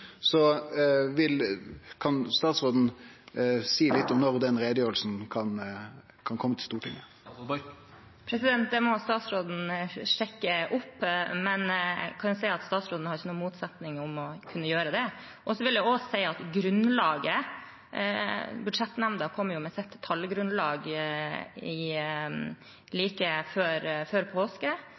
Kan statsråden seie noko om når utgreiinga kan kome til Stortinget? Det må statsråden sjekke opp, men jeg kan si at statsråden ikke har noen motforestilling mot å kunne gjøre det. Budsjettnemnda kom med sitt tallgrunnlag like før påske, men det er også viktig å si at